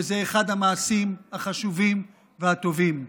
וזה אחד המעשים החשובים והטובים,